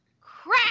crap